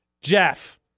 Jeff